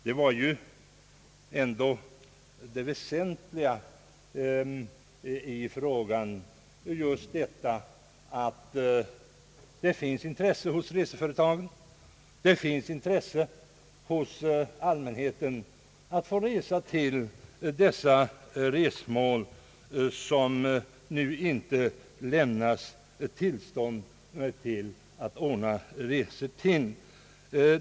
Herr talman! Det väsentliga i frågan är just att det finns intresse hos reseföretagen att ordna resor till dessa resmål som det nu inte lämnas tillstånd för charterflyg till, och det finns intresse hos allmänheten för dessa resor.